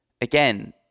again